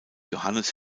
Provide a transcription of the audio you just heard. johannes